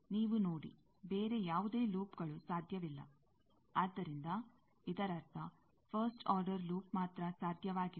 ನೀವು ನೋಡಿ ಬೇರೆ ಯಾವುದೇ ಲೂಪ್ಗಳು ಸಾಧ್ಯವಿಲ್ಲ ಆದ್ದರಿಂದ ಇದರರ್ಥ ಫಸ್ಟ್ ಆರ್ಡರ್ ಲೂಪ್ ಮಾತ್ರ ಸಾಧ್ಯವಾಗಿವೆ